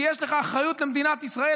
כי יש לך אחריות למדינת ישראל.